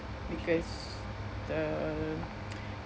because the